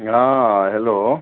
नीक ने हेलो